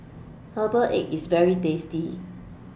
Herbal Egg IS very tasty